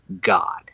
god